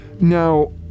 Now